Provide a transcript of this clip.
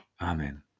Amen